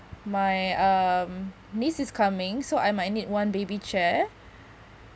my um niece is coming so I might need one baby chair